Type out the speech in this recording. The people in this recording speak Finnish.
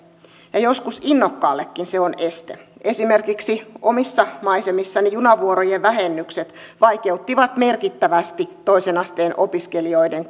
ja joskus innokkaallekin se on este esimerkiksi omissa maisemissani junavuorojen vähennykset vaikeuttivat merkittävästi toisen asteen opiskelijoiden